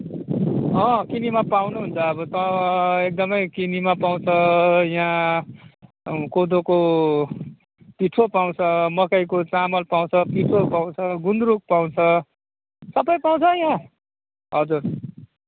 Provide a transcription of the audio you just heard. अँ किनामा पाउनुहुन्छ अब त एकदमै किनामा पाउँछ यहाँ कोदोको पिठो पाउँछ मकैको चामल पाउँछ पिठो पाउँछ गुन्द्रुक पाउँछ सबै पाउँछ यहाँ हजुर